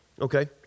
Okay